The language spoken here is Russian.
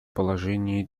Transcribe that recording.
положение